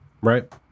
Right